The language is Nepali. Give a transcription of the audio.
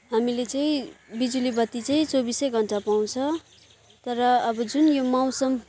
हामाीले चाहिँ बिजुली बत्ती चाहिँ चौबिसै घन्टा पाउँछ तर अब जुन यो मौसम